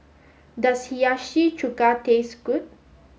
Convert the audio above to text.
does Hiyashi Chuka taste good